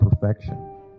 perfection